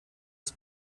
das